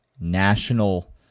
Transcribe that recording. national